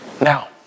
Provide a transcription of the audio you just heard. Now